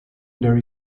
there